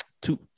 two